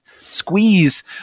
squeeze